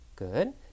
Good